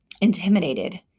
intimidated